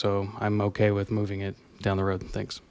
so i'm okay with moving it down the road and things